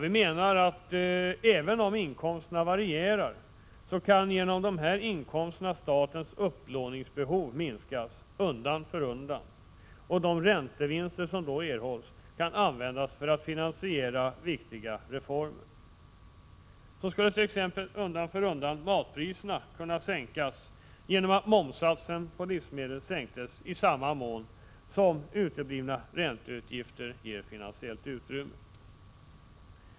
Vi menar att även om inkomsterna varierar kan genom dessa inkomster statens upplåningsbehov minskas undan för undan, och de räntevinster som då erhålls kan användas för att finansiera viktiga reformer. Så skulle t.ex. så småningom matpriserna kunna sänkas genom att momssatsen på livsmedel sänktes i samma mån som uteblivna ränteutgifter ger finansiellt utrymme.